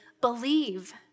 believe